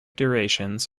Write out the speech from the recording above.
durations